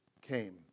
came